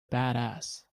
badass